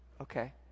Okay